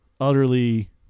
Utterly